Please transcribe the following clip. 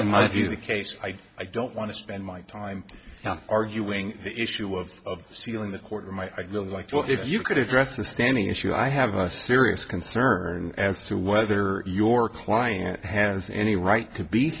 in my view the case i i don't want to spend my time arguing the issue of sealing the courtroom i feel like well if you could address a standing issue i have a serious concern as to whether your client has any right to be